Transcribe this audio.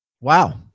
Wow